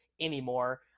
anymore